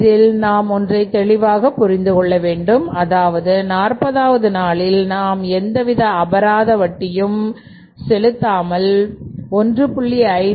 இதில் நாம் ஒன்றை தெளிவாக புரிந்துகொள்ள வேண்டும் அதாவது நாற்பதாவது நாளில் நாம் எந்தவித அபராதமும் கட்டாமல் 1